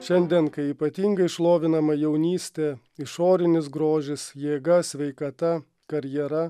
šiandien kai ypatingai šlovinama jaunystė išorinis grožis jėga sveikata karjera